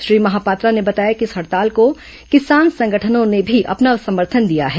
श्री महापात्रा ने बताया कि इस हड़ताल को किसान संगठनों ने भी अपना समर्थन दिया है